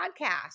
podcast